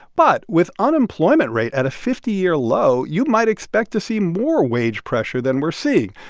but with unemployment rate at a fifty year low, you might expect to see more wage pressure than we're seeing.